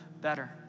better